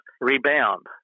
rebound